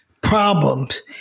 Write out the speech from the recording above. problems